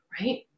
right